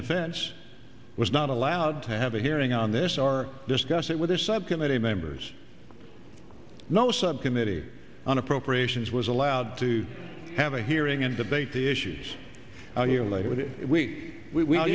defense was not allowed to have a hearing on this our discuss it with his subcommittee members no subcommittee on appropriations was allowed to have a hearing and debate the issues are you with we we all